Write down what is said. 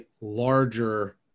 larger